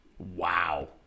Wow